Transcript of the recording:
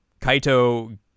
kaito